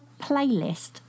playlist